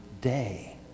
day